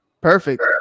Perfect